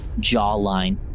jawline